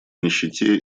нищете